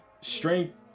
strength